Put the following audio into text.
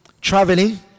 traveling